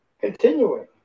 Continuing